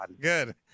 Good